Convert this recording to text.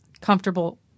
comfortable